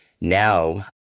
Now